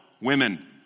women